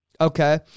Okay